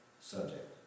Subject